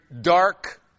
dark